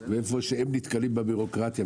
ואיפה שהם נתקלים בבירוקרטיה,